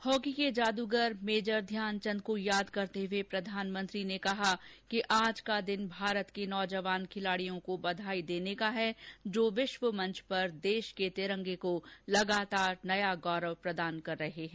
hockey के जादूगर major Dhyanchand को याद करते हुए प्रधानमंत्री ने कहा आज का दिन भारत के नौजवान खिलाडियों को बधाई देने का है जो विश्व मंच पर देश के तिरंगे को लगातार नया गौरव प्रदान कर रहे हैं